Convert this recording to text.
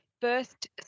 first